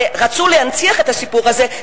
הרי רצו להנציח את הסיפור הזה,